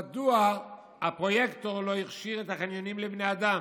מדוע הפרויקטור לא הכשיר את החניונים לבני אדם?